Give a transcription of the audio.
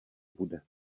bude